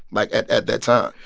like, at at that time.